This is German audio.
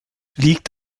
liegt